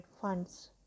Funds